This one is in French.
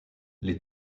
les